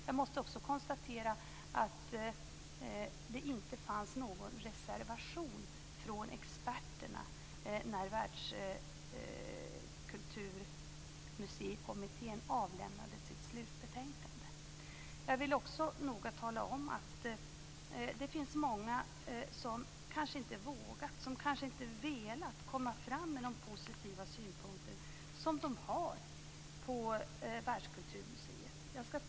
Jag måste också konstatera att det inte fanns någon reservation från experterna när Världskulturmuseikommittén avlämnade sitt slutbetänkande. Jag vill också noga tala om att det finns många som kanske inte vågat, inte velat komma fram med de positiva synpunkter som de har på Världskulturmuseet.